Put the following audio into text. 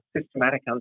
systematic